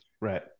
Right